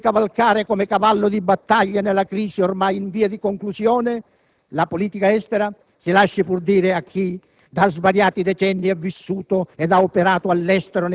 Poi, su quello che l'opposizione ha creduto di cavalcare come cavallo di battaglia nella crisi ormai in via di conclusione, la politica estera, si lasci pur dire a chi